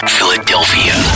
Philadelphia